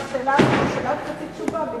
זאת שאלה וחצי תשובה.